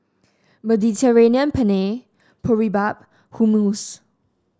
Mediterranean Penne Boribap Hummus